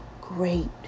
great